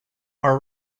our